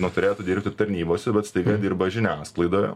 nu turėtų dirbti tarnybose bet staiga dirba žiniasklaidoje